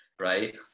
right